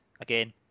Again